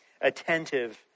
attentive